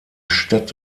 stadt